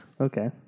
Okay